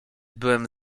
byłem